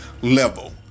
level